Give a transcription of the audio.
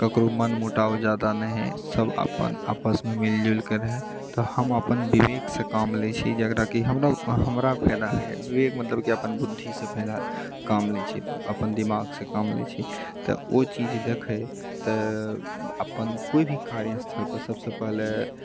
केकरो मनमुटाव जादा नहि होए सब अपन आपसमे मिलजुलके रहै तऽ हम अपन विवेकसँ काम लए छी जेकराकि हमरा हमरा फायदा होइए विवेक मतलब कि अपन बुद्धिसे फायदा से काम लए छी अपन दिमागसे काम लए छी तऽ ओ चीज देखए तऽ अपन कोइभी कार्यस्थल पर सबसँ पहले